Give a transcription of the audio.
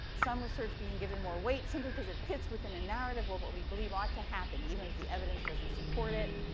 some research being given more weight simply because it fits within a narrative or what we believe ought to happen, even if the evidence doesn't support it.